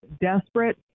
desperate